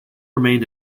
remained